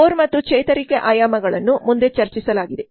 core ಮತ್ತು ಚೇತರಿಕೆ ಆಯಾಮಗಳನ್ನು ಮುಂದೆ ಚರ್ಚಿಸಲಾಗಿದೆ